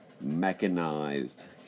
mechanized